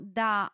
da